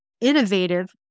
innovative